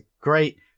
great